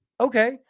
Okay